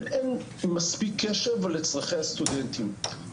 אין מספיק קשב לצורכי הסטודנטים.